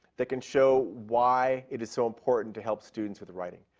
that can show why it is so important to help students with writing.